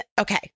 Okay